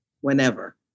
whenever